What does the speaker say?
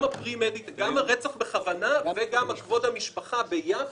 גם הרצח בכוונת תחילה וגם כבוד המשפחה ביחד